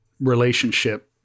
relationship